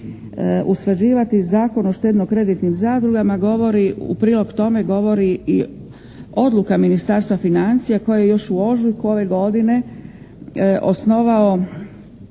usklađivati Zakon o štedno-kreditnim zadrugama govori, u prilog tome govori i odluka Ministarstva financija koju je još u ožujku ove godine osnovao